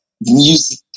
music